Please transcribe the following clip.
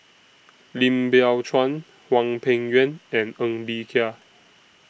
Lim Biow Chuan Hwang Peng Yuan and Ng Bee Kia